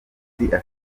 afite